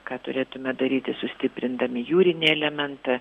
ką turėtume daryti sustiprindami jūrinį elementą